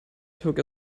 took